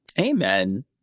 Amen